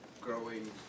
growing